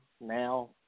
now